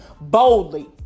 boldly